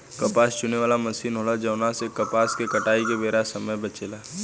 कपास चुने वाला मशीन होला जवना से कपास के कटाई के बेरा समय बचेला